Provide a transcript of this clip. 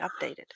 updated